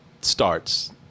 starts